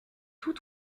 tous